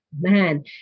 man